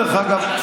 דרך אגב,